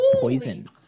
poison